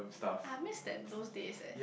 I miss that those days eh